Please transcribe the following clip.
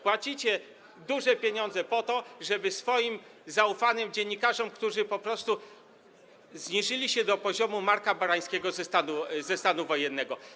Płacicie duże pieniądze swoim zaufanym dziennikarzom, którzy po prostu zniżyli się do poziomu Marka Barańskiego z czasów stanu wojennego.